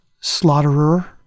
slaughterer